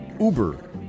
Uber